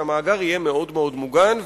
שהמאגר יהיה מאוד מאוד מוגן.